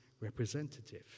representative